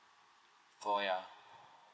oh ya